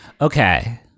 Okay